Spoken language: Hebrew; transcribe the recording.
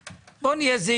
בוא נהיה זהירים.